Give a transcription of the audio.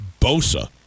Bosa